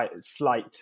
slight